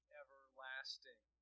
everlasting